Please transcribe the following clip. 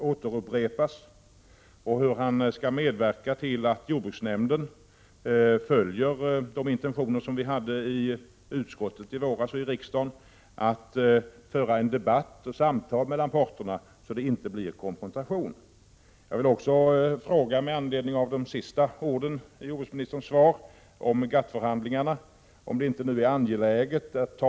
1987/88:43 Med anledning av de sista orden i jordbruksministerns svar, om GATT 11 december 1987 förhandlingarna, vill jag också fråga om det inte nu är angeläget att ta.